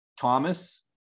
Thomas